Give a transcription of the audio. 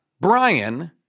Brian